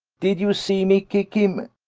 did you see me kick him?